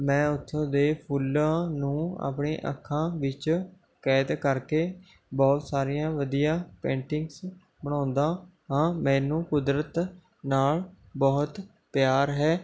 ਮੈਂ ਉੱਥੋਂ ਦੇ ਫੁੱਲਾਂ ਨੂੰ ਆਪਣੀ ਅੱਖਾਂ ਵਿੱਚ ਕੈਦ ਕਰਕੇ ਬਹੁਤ ਸਾਰੀਆਂ ਵਧੀਆ ਪੇਂਟਿੰਗਸ ਬਣਾਉਂਦਾ ਹਾਂ ਮੈਨੂੰ ਕੁਦਰਤ ਨਾਲ਼ ਬਹੁਤ ਪਿਆਰ ਹੈ